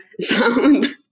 sound